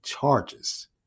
charges